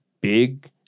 big